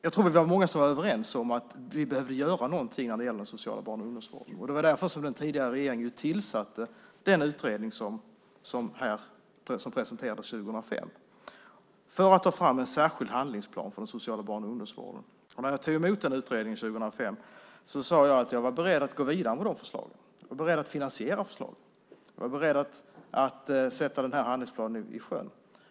Jag tror att vi var många som var överens om att vi behövde göra någonting när det gällde den sociala barn och ungdomsvården. Det var därför som den tidigare regeringen tillsatte den utredning som presenterades 2005 för att ta fram en särskild handlingsplan för den sociala barn och ungdomsvården. När jag tog emot den utredningen 2005 sade jag att jag var beredd att gå vidare med de förslagen. Jag var beredd att finansiera förslagen. Jag var beredd att sätta den här handlingsplanen i sjön.